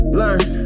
learn